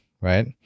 right